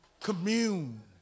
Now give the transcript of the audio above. commune